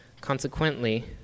Consequently